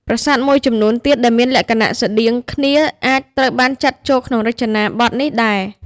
ប្រាសាទមួយចំនួនទៀត ដែលមានលក្ខណៈស្រដៀងគ្នាក៏អាចត្រូវបានចាត់ចូលក្នុងរចនាបថនេះដែរ។